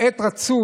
רצו,